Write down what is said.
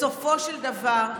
בסופו של דבר,